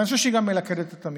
זה משהו שגם מלכד את המשפחה.